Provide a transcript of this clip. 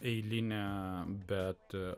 eilinė bet